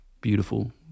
beautiful